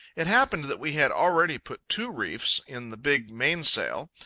it happened that we had already put two reefs in the big mainsail.